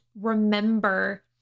remember